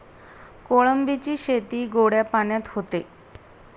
कोळंबीची शेती गोड्या पाण्यात होते